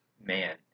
man